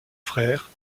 frère